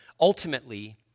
Ultimately